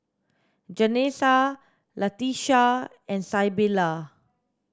Janessa Latesha and Sybilla